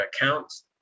accounts